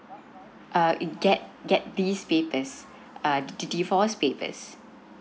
uh get get this papers uh the divorce papers